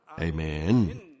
Amen